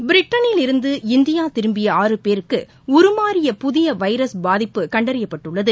பிரிட்டளிலிருந்து India திரும்பிய ஆறு பேருக்கு உருமாறிய புதிய வைரஸ் பாதிப்பு கண்டறியப்பட்டுள்ளது